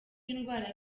n’indwara